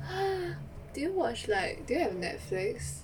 !huh! did you watch like do you have Netflix